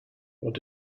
what